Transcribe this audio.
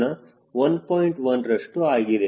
1ರಷ್ಟು ಆಗಿದೆ